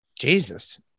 Jesus